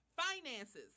Finances